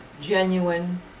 genuine